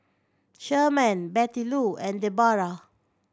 Sherman Bettylou and Debora